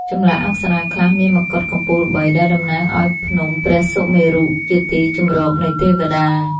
ចម្លាក់អប្សរាខ្លះមានមកុដកំពូលបី ដែលតំណាងឱ្យភ្នំព្រះសុមេរុ ជាទីជម្រកនៃទេវតា។